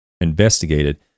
investigated